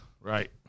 Right